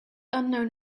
unknown